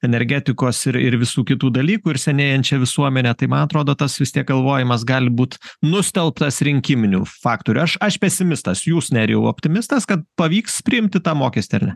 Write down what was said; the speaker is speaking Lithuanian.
energetikos ir ir visų kitų dalykų ir senėjančią visuomenę tai man atrodo tas vis tiek galvojimas gali būt nustelbtas rinkiminių faktorių aš aš pesimistas jūs nerijau optimistas kad pavyks priimti tą mokestį ar ne